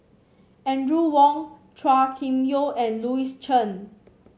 Audrey Wong Chua Kim Yeow and Louis Chen